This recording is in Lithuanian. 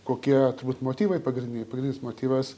kokie turbūt motyvai pagrindiniai pagrindinis motyvas